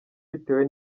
bitewe